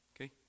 okay